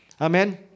Amen